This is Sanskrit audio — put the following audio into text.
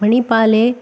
मणिपाले